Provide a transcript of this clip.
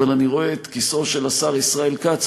אבל אני רואה את כיסאו של השר ישראל כץ.